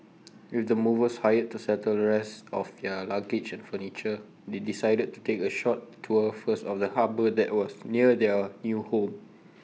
with the movers hired to settle the rest of their luggage and furniture they decided to take A short tour first of the harbour that was near their new home